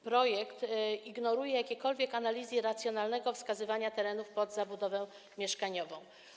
Projekt ignoruje jakiekolwiek analizy dotyczące racjonalnego wskazywania terenów pod zabudowę mieszkaniową.